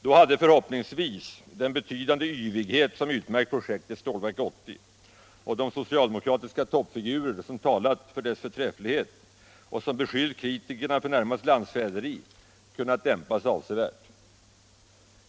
Då hade förhoppningsvis den betydande yvighet som utmärkt projektet Stålverk 80 och de socialdemokratiska toppfigurer som talat för dess förträfflighet och beskyllt kritikerna för närmast landsförräderi kunnat dämpas avsevärt.